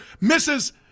misses